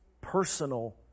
personal